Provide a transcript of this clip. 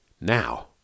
now